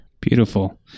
Beautiful